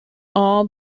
all